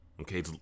okay